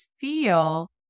feel